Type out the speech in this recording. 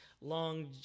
long